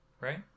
right